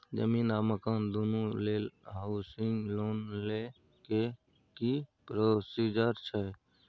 जमीन आ मकान दुनू लेल हॉउसिंग लोन लै के की प्रोसीजर छै?